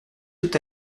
tout